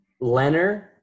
Leonard